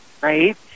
right